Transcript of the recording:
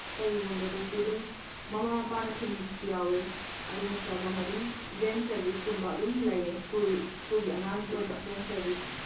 ꯀꯩꯒꯨꯝꯕꯗꯁꯨ ꯑꯗꯨꯝ ꯃꯃꯥ ꯃꯄꯥꯅ ꯊꯤꯟꯕꯤꯕꯁꯨ ꯌꯥꯎꯋꯦ ꯑꯗꯨ ꯅꯠꯇ꯭ꯔꯒ ꯑꯗꯨꯝ ꯚꯦꯟ ꯁꯔꯚꯤꯁꯀꯨꯝꯕ ꯑꯗꯨꯝ ꯂꯩꯌꯦ ꯁ꯭ꯀꯨꯜ ꯁ꯭ꯀꯨꯜꯒꯤ ꯑꯉꯥꯡꯒꯤ ꯑꯣꯏꯕ ꯚꯦꯟ ꯁꯔꯚꯤꯁ